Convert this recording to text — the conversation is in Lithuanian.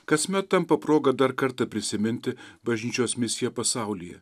kasmet tampa proga dar kartą prisiminti bažnyčios misiją pasaulyje